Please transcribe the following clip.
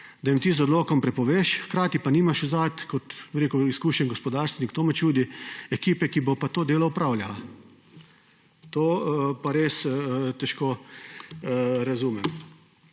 da jim ti z odlokom prepoveš, hkrati pa nimaš zadaj kot izkušen gospodarstvenik – to me čudi – ekipe, ki bo pa to delo opravila. To pa res težko razumem